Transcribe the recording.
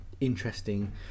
interesting